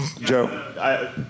Joe